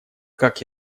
как